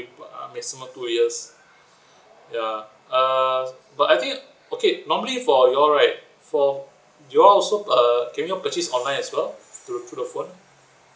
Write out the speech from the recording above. uh maximum two years ya uh but I think okay normally for you all right for you all also uh can you all purchase online as well through through the phone